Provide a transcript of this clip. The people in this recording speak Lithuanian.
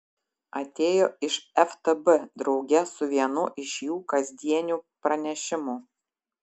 atėjo iš ftb drauge su vienu iš jų kasdienių pranešimų